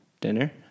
dinner